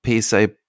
PSA